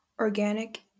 organic